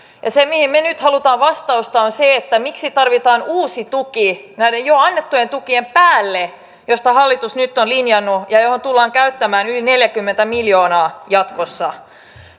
ja se mihin me nyt haluamme vastauksen on se miksi tarvitaan uusi tuki näiden jo annettujen tukien päälle joista hallitus nyt on linjannut ja joihin tullaan käyttämään yli neljäkymmentä miljoonaa jatkossa